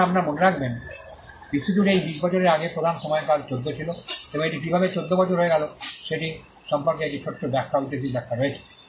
এখন আপনার মনে রাখবেন বিশ্বজুড়ে এই 20 বছরের আগে প্রধান সময়কাল 14 ছিল এবং এটি কীভাবে 14 বছর হয়ে গেল সে সম্পর্কে একটি ছোট্ট ব্যাখ্যা ঐতিহাসিক ব্যাখ্যা রয়েছে